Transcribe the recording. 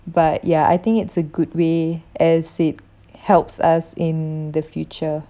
but ya I think it's a good way as it helps us in the future